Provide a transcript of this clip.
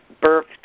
birth